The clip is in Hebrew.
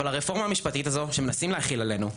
אבל הרפורמה המשפטית הזו שמנסים להחיל עלינו,